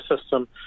system